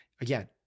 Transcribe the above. again